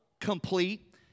complete